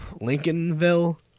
Lincolnville